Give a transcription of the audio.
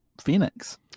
Phoenix